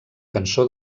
cançó